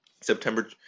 September